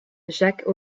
jacques